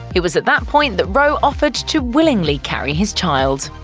it was at that point that rowe offered to willingly carry his child.